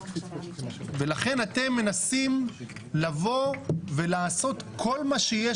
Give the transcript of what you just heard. ולכן אתם מנסים לבוא ולעשות כל מה שיש